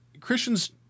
christians